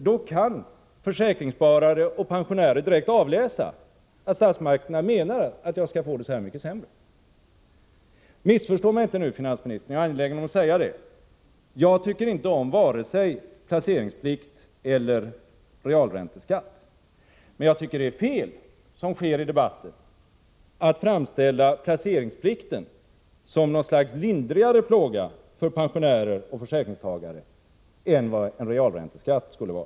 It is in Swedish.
Då kan försäkringssparare och pensionärer direkt avläsa att statsmakterna menar att de skall få det så här mycket sämre. Missförstå mig inte nu, finansministern! Jag är angelägen om att säga att jaginte tycker om vare sig placeringsplikt eller. realränteskatt. Men jag tycker att det är fel, såsom sker i debatten, att framställa placeringsplikten som något slags lindrigare pålaga för pensionärer och försäkringstagare än vad en realränteskatt skulle vara.